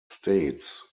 states